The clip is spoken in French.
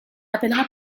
appellera